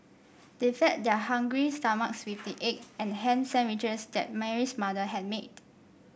they fed their hungry stomachs with the egg and ham sandwiches that Mary's mother had made